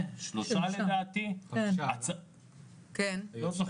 הזיהוי של מעל 70 חללים הושלם תוך זמן קצר וזה אומר